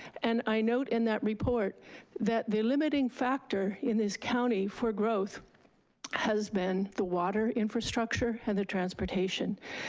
and i note in that report that the limiting factor in this county for growth has been the water infrastructure and the transportation.